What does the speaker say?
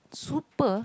super